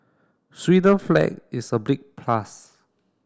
flag is a big plus